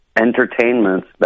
entertainments